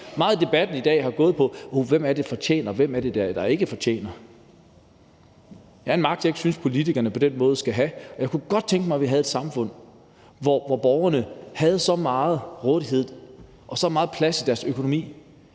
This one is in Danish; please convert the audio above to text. Meget af debatten i dag har gået på: Hvem er det, der fortjener noget, og hvem er det, der ikke fortjener noget? Det er en magt, som jeg ikke synes politikerne skal have på den måde, og jeg kunne godt tænke mig, vi havde et samfund, hvor borgerne havde så meget til rådighed og så meget plads i deres økonomi,